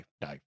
no